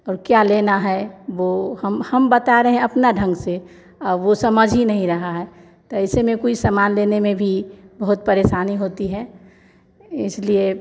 तो क्या लेना है वो हम हम बता रहे हैं अपना ढंग से और वो समझ ही नहीं रहा है त ऐसे में कोई समान लेने में भी बहुत परेशानी होती है इसलिए